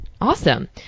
Awesome